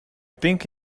think